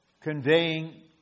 conveying